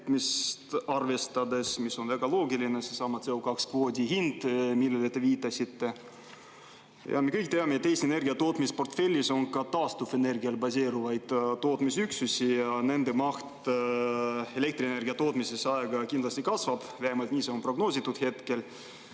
arvestades, mis on väga loogiline, see on seesama CO2‑kvoodi hind, millele te viitasite. Me kõik teame, et Eesti Energia tootmisportfellis on ka taastuvenergial baseeruvaid tootmisüksusi ja nende maht elektrienergia tootmises ajaga kindlasti kasvab, vähemalt nii on prognoositud.